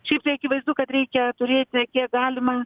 šiaip tai akivaizdu kad reikia turėti kiek galima